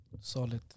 Solid